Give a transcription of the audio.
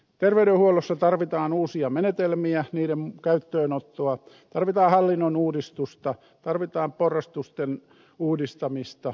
terveydenhuollossa tarvitaan uusia menetelmiä niiden käyttöönottoa tarvitaan hallinnonuudistusta tarvitaan porrastusten uudistamista